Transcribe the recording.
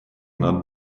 надо